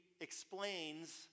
explains